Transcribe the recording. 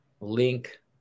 link